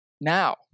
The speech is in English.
now